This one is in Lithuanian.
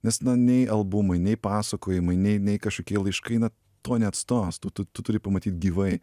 nes nei albumai nei pasakojimai nei nei kažkokie laiškai na to neatstos tu tu tu turi pamatyt gyvai